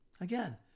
Again